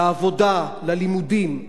לעבודה, ללימודים,